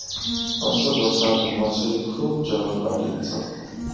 असो बरसात में मछरी खूब चढ़ल बाड़ी सन